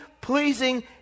pleasing